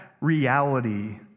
reality